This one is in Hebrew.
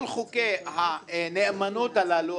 כל חוקי הנאמנות הללו,